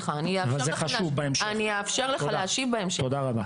אני אאפשר לך להשיב בהמשך.